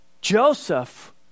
Joseph